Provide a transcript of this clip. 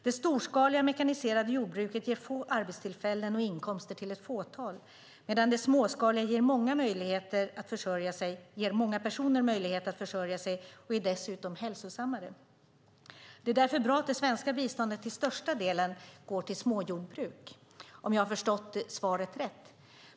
Det storskaliga mekaniserade jordbruket ger få arbetstillfällen och inkomster till ett fåtal, medan det småskaliga ger många personer möjlighet att försörja sig. Det är dessutom hälsosammare. Det är därför bra att det svenska biståndet till största delen går till småjordbruk, om jag har förstått svaret rätt.